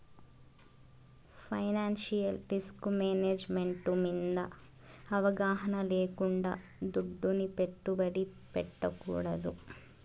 financial risk management మింద అవగాహన లేకుండా దుడ్డుని పెట్టుబడి పెట్టకూడదు